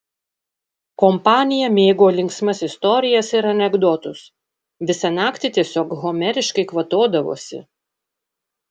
kompanija mėgo linksmas istorijas ir anekdotus visą naktį tiesiog homeriškai kvatodavosi